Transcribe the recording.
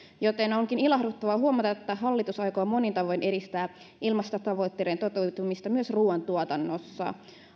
joten onkin ilahduttavaa huomata että hallitus aikoo monin tavoin edistää ilmastotavoitteiden toteutumista myös ruuantuotannossa